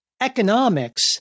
economics